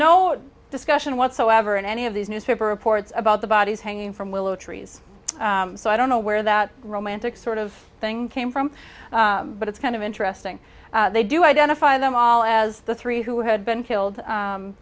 no discussion whatsoever in any of these newspaper reports about the bodies hanging from willow trees so i don't know where that romantic sort of thing came from but it's kind of interesting they do identify them all as the three who had been killed